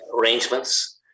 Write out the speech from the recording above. arrangements